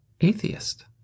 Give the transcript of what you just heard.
atheist